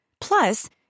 Plus